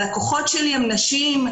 הלקוחות שלי הן נשים.